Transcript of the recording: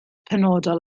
penodol